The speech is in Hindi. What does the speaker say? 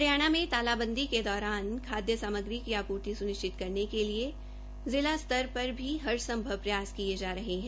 हरियाणा में तालाबंदी के दौरान खाय सामग्री की आपूर्ति सुनिश्चित करने के लिए जिला स्तर पर भी हर संभव प्रयास किये जा रहे है